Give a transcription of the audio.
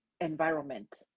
environment